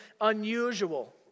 unusual